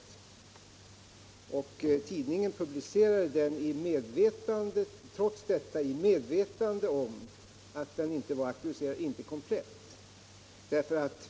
Trots detta publicerade tidningen intervjun, alltså i medvetande om att den inte var komplett.